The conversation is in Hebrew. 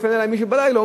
טלפן אלי מישהו בלילה,